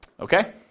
Okay